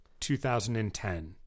2010